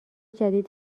جدید